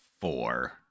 Four